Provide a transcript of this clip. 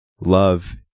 Love